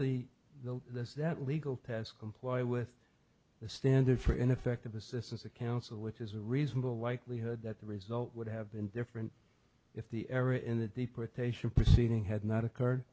the the that's that legal pass comply with the standard for ineffective assistance of counsel which is a reasonable likelihood that the result would have been different if the error in the deportation proceeding had not occurred